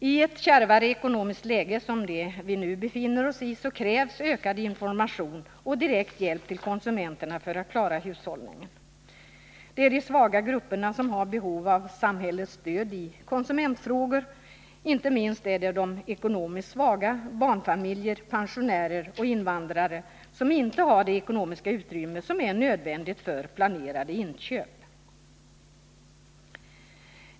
I ett kärvare ekonomiskt läge — som det vi nu befinner oss i — krävs ökad information och direkt hjälp till konsumenterna för att klara hushållningen. Det är de svaga grupperna som har behov av samhällets stöd i konsumentfrågor, inte minst de ekonomiskt svaga — barnfamiljer, pensionärer och invandrare — som inte har det ekonomiska utrymme som är nödvändigt för planerade inköp.